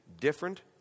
different